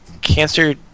cancer